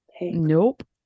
nope